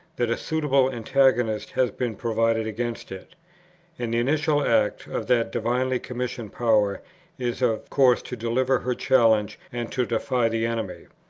that a suitable antagonist has been provided against it and the initial act of that divinely-commissioned power is of course to deliver her challenge and to defy the enemy.